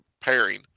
pairing